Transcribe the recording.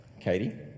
Katie